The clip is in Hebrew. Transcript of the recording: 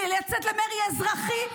לצאת למרי אזרחי.